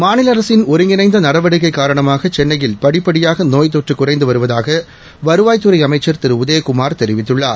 மாநில அரசின் ஒருங்கிணைந்த நடவடிக்கை காரணமாக சென்னையில் படிப்படியாக நோய் தொற்று குறைந்து வருவதாக வருவாய்த்துறை அமைச்சர் திரு உதயகுமார் தெரிவித்துள்ளார்